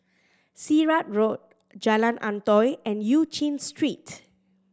Sirat Road Jalan Antoi and Eu Chin Street